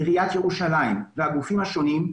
עיריית ירושלים והגופים השונים,